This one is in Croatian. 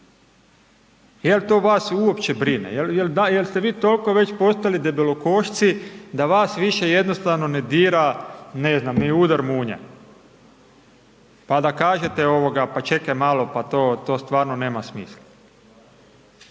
jel' to vas uopće brine? Jel' ste vi toliko već postali debelokošci da vas više jednostavno ne dira, ne znam, ni udar munje pa da kažete pa čekaj malo, pa to stvarno nema smisla.